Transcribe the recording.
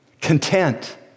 Content